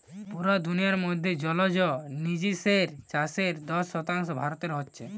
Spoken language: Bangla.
পুরা দুনিয়ার মধ্যে জলজ জিনিসের চাষের দশ শতাংশ ভারতে হচ্ছে